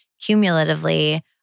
cumulatively